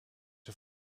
een